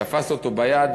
תפס אותו ביד,